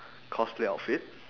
cosplay outfit